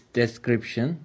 description